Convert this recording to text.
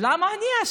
אני מציע